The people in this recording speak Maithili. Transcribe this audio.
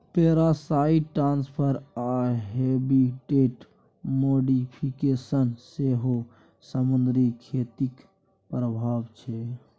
पैरासाइट ट्रांसफर आ हैबिटेट मोडीफिकेशन सेहो समुद्री खेतीक प्रभाब छै